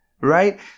right